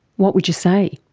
what would you say?